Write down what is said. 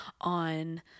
on